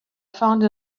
found